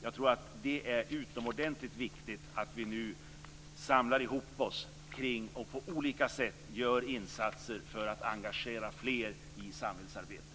Det är utomordentligt viktigt att vi nu samlar oss och på olika sätt gör insatser för att engagera fler i samhällsarbetet.